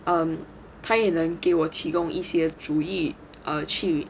um 他也能给我提供一些主意 err 去